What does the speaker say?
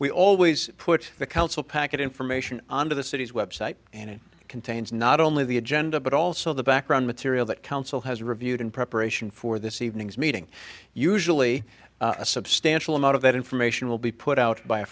we always put the council packet information on to the city's website and it contains not only the agenda but also the background material that council has reviewed in preparation for this evening's meeting usually a substantial amount of that information will be put out by